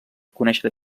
conèixer